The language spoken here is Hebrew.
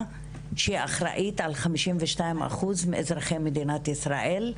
שאחראית על 52% מאזרחי מדינת ישראל,